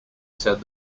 said